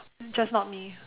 just not me